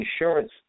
insurance